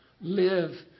Live